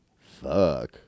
Fuck